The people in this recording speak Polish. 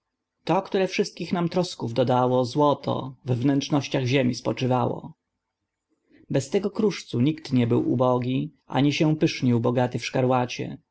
to które wszystkich nam trosków dodało złoto w wnętrznościach ziemi spoczywało bez tego kruszcu nikt nie był ubogi ani się pysznił bogaty w